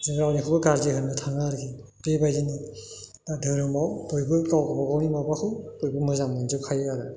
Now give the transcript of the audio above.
जों रावनिखौबो गाज्रि होननो थाङा आरोखि बेबायदिनो दा धोरोमाव बयबो गाव गावबागावनि माबाखौ बयबो मोजां मोनजोबखायो आरो